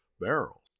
barrels